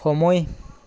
সময়